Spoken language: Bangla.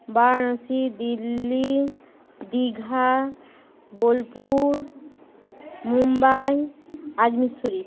বারাণসী দিল্লি দীঘা বোলপুর মুম্বাই আজমের শরিফ